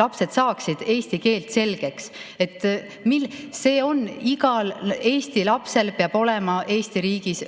lapsed saaksid eesti keelt selgeks. Igal Eesti lapsel peab olema Eesti riigis õigus